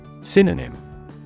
Synonym